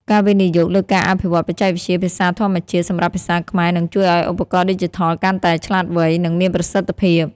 ការវិនិយោគលើការអភិវឌ្ឍបច្ចេកវិទ្យាភាសាធម្មជាតិ សម្រាប់ភាសាខ្មែរ នឹងជួយឱ្យឧបករណ៍ឌីជីថលកាន់តែឆ្លាតវៃ និងមានប្រសិទ្ធភាព។